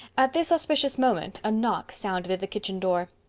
at this auspicious moment a knock sounded at the kitchen door.